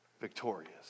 victorious